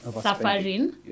suffering